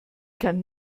kann